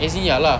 as in ya lah